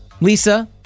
Lisa